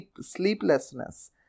sleeplessness